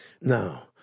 Now